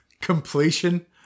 completion